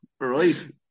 right